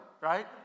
right